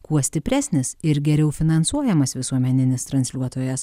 kuo stipresnis ir geriau finansuojamas visuomeninis transliuotojas